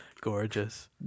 gorgeous